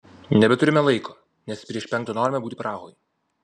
nebeturime laiko nes prieš penktą norime būti prahoj